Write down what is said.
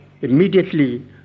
immediately